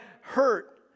hurt